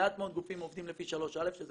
מעט מאוד מתקנים עובדים לפי 3א, שזה